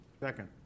Second